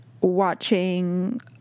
watching